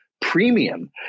premium